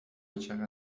چقدر